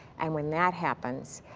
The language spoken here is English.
and went that happens,